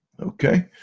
Okay